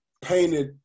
painted